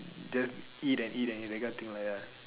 just eat and eat and cannot think like that ah